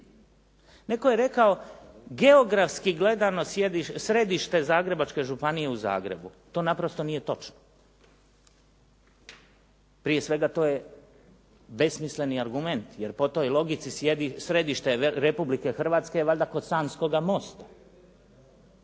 Netko je rekao, geografski gledano središte Zagrebačke županije je u Zagrebu. To naprosto nije točno. Prije svega to je besmisleni argument, jer po toj logici sjedište je Republike Hrvatske je kod Sanskog Mosta.